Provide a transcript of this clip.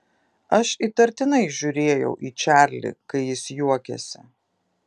aš įtartinai žiūrėjau į čarlį kai jis juokėsi